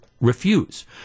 refuse